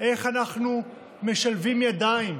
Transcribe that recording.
איך אנחנו משלבים ידיים,